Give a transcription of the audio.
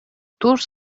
тур